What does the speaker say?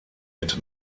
mit